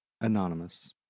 Anonymous